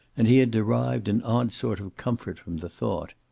and he had derived an odd sort of comfort from the thought.